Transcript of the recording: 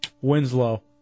Winslow